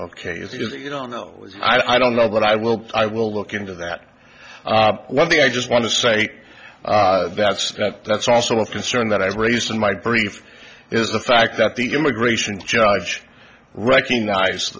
if you don't know i don't know but i will i will look into that one thing i just want to say that's that's also a concern that i raised in my brief is the fact that the immigration judge recognize